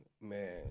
man